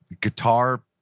guitar